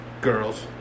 girls